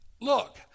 look